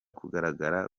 kugaragara